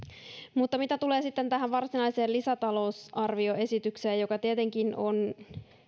mutta mitä tulee sitten tähän varsinaiseen lisätalousarvioesitykseen se tietenkin on